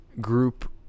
group